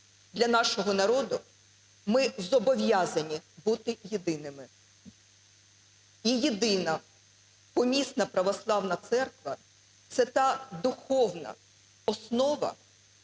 для нашого народу, ми зобов'язані бути єдиними. І Єдина Помісна Православна Церква – це та духовна основа,